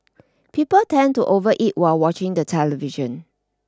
people tend to overeat while watching the television